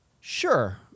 Sure